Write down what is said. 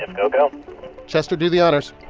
mfco go chester, do the honors